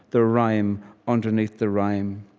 the rhyme underneath the rhyme,